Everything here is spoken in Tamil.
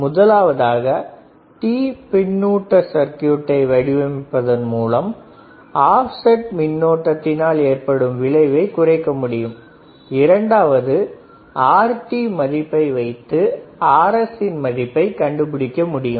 முதலாவதாக T பின்னுட்டு சர்க்யூட்டை வடிவமைப்பதன் மூலம் ஆப்செட் மின்னோட்டத்தினால் ஏற்படும் விளைவை குறைக்க முடியும் இரண்டாவதாக Rt மதிப்பை வைத்து Rs இன் மதிப்பை கண்டுபிடிக்க முடியும்